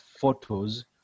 photos